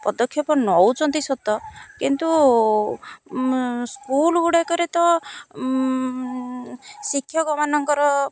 ପଦକ୍ଷେପ ନଉଛନ୍ତି ସତ କିନ୍ତୁ ସ୍କୁଲ ଗୁଡ଼ାକରେ ତ ଶିକ୍ଷକମାନଙ୍କର